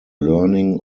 learning